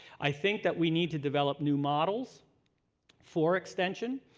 i think that we need to develop new models for extension.